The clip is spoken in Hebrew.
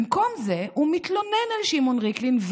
במקום זה, הוא מתלונן על שמעון ריקלין.